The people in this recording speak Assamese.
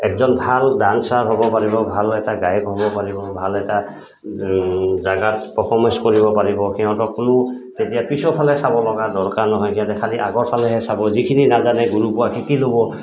এজন ভাল ডান্সাৰ হ'ব পাৰিব ভাল এটা গায়ক হ'ব পাৰিব ভাল এটা জেগাত পফমেঞ্চ কৰিব পাৰিব সিহঁতক কোনো তেতিয়া পিছৰফালে চাব লগা দৰকাৰ নহয় সিহঁতে খালী আগৰফালেহে চাব যিখিনি নাজানে গুৰুৰপৰা শিকি ল'ব